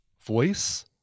voice